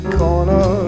corner